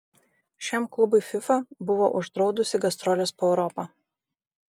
šiam klubui fifa buvo uždraudusi gastroles po europą